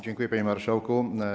Dziękuję, panie marszałku.